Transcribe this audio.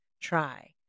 try